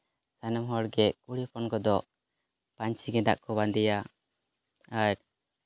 ᱥᱟᱱᱟᱢ ᱦᱚᱲᱜᱮ ᱠᱩᱲᱤ ᱦᱚᱯᱚᱱ ᱠᱚᱫᱚ ᱯᱟᱹᱧᱪᱤ ᱜᱮᱸᱫᱟᱜ ᱠᱚ ᱵᱟᱸᱫᱮᱭᱟ ᱟᱨ